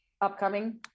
upcoming